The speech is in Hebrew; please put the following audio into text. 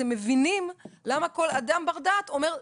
אתם מבינים למה כל אדם בר דעת אומר,